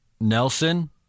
nelson